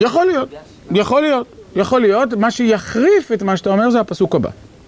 יכול להיות, יכול להיות, יכול להיות, מה שיחריף את מה שאתה אומר זה הפסוק הבא.